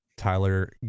tyler